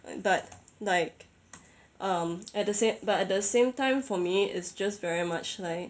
but like I'm at the same but at the same time for me it's just very much like